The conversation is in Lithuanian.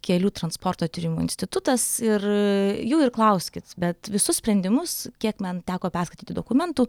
kelių transporto tyrimų institutas ir jų ir klauskit bet visus sprendimus kiek man teko perskaityti dokumentų